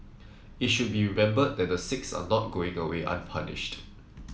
it should be remembered that the six are not going away unpunished